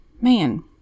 man